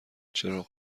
چراغ